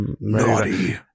Naughty